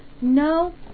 no